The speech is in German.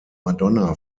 madonna